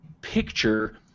picture